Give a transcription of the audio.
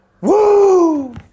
Woo